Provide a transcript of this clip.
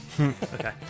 Okay